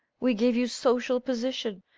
we gave you social position.